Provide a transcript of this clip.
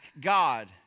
God